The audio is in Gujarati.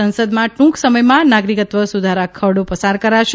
સંસદમાં ટ્રંક સમયમાં નાગરિક્ત્વ સુધારા ખરડો પસાર કરાશે